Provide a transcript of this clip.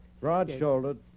broad-shouldered